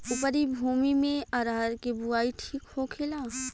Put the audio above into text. उपरी भूमी में अरहर के बुआई ठीक होखेला?